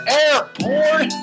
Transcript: airport